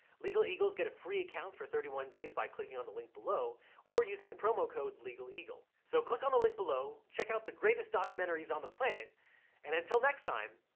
legal eagle's get a free account for thirty one days by clicking on the link below or using the promo code legal eagle. so click on the link below, check out the greatest documentaries on the planet and until next time,